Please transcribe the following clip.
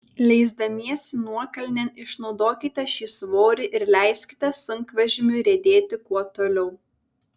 leisdamiesi nuokalnėn išnaudokite šį svorį ir leiskite sunkvežimiui riedėti kuo toliau